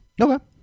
Okay